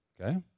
Okay